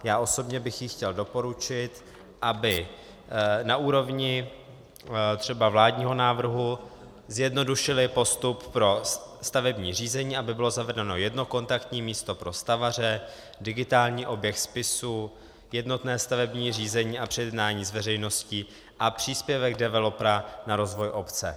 Já osobně bych jí chtěl doporučit, aby na úrovni třeba vládního návrhu zjednodušili postup pro stavební řízení, aby bylo zavedeno jedno kontaktní místo pro stavaře, digitální oběh spisů, jednotné stavební řízení a předjednání s veřejností a příspěvek developera na rozvoj obce.